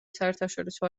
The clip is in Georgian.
საერთაშორისო